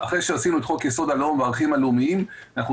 אחרי שעשינו את חוק יסוד: הלאום והערכים הלאומיים,